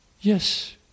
Yes